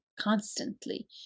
constantly